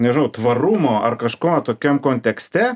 nežinau tvarumo ar kažko tokiam kontekste